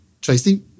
Tracy